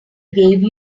gave